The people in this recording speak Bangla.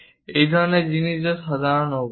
এই ধরনের জিনিস একটি সাধারণ অভ্যাস